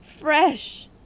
Fresh